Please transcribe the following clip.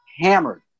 hammered